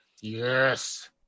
Yes